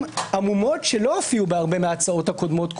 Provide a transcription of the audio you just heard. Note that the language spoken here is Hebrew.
עמומות שלא הופיעו בהרבה מההצעות הקודמות,